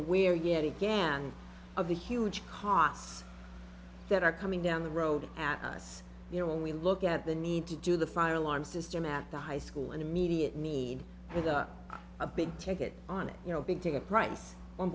aware yet again of the huge costs that are coming down the road as you know when we look at the need to do the fire alarm system at the high school and immediate need for the big take it on it you know big ticket price on